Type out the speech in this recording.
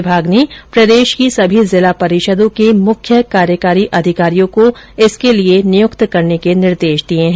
विभाग ने प्रदेश की सभी जिला परिषदों के मुख्य कार्यकारी अधिकारियों को इसके लिए नियुक्त करने के निर्देश दिए है